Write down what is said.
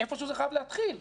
זה חייב להתחיל מאיפשהו.